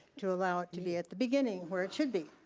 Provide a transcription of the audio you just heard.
to allow it to be at the beginning where it should be.